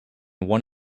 one